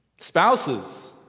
Spouses